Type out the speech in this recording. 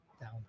Down